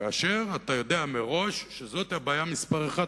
כאשר אתה יודע מראש שזו הבעיה מספר אחת,